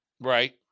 Right